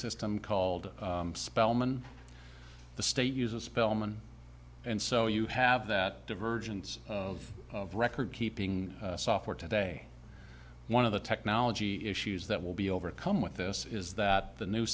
system called spelman the state uses spellman and so you have that divergence of recordkeeping software today one of the technology issues that will be overcome with this is that the new